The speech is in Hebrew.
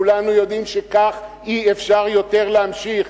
כולנו יודעים שכך אי-אפשר יותר להמשיך.